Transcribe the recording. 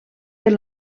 per